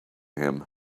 him